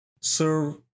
serve